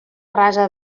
rasa